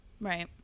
right